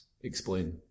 explain